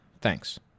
Thanks